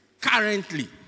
currently